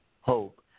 Hope